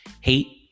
hate